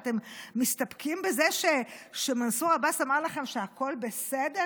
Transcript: ואתם מסתפקים בזה שמנסור עבאס אמר לכם שהכול בסדר?